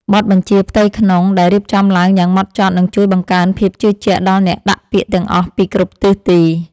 បទបញ្ជាផ្ទៃក្នុងដែលរៀបចំឡើងយ៉ាងម៉ត់ចត់នឹងជួយបង្កើនភាពជឿជាក់ដល់អ្នកដាក់ពាក្យទាំងអស់ពីគ្រប់ទិសទី។